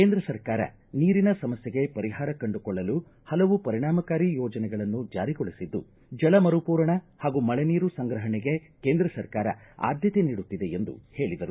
ಕೇಂದ್ರ ಸರ್ಕಾರ ನೀರಿನ ಸಮಸ್ಟೆಗೆ ಪರಿಹಾರ ಕಂಡುಕೊಳ್ಳಲು ಹಲವು ಪರಿಣಾಮಕಾರಿ ಯೋಜನೆಗಳನ್ನು ಜಾರಿಗೊಳಿಸಿದ್ದು ಜಲ ಮರುಪೂರಣ ಹಾಗೂ ಮಳೆ ನೀರು ಸಂಗ್ರಹಣೆಗೆ ಆದ್ಯತೆ ನೀಡಲಾಗಿದೆ ಎಂದು ಹೇಳಿದರು